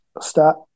start